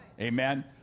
amen